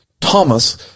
Thomas